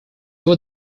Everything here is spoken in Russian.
его